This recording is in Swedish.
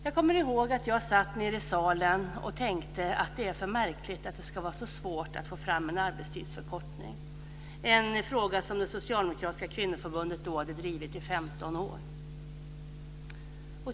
Jag kommer ihåg att jag satt nere i salen och tänkte att det är för märkligt att det ska vara så svårt att få fram en arbetstidsförkortning - en fråga som det socialdemokratiska kvinnoförbundet då hade drivit i 15 år.